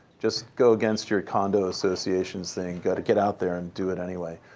just go against your condo association's thing. got to get out there and do it anyway.